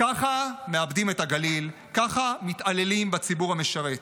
ככה מאבדים את הגליל, ככה מתעללים בציבור המשרת.